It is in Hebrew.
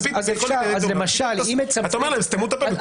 ופתאום אתה אומר להם: סתמו את הפה בתקופת בחירות.